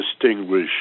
distinguish